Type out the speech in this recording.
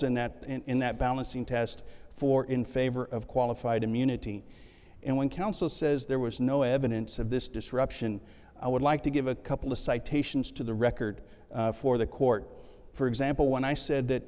in that in that balancing test four in favor of qualified immunity and when counsel says there was no evidence of this disruption i would like to have a couple of citations to the record for the court for example when i said that